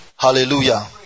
Hallelujah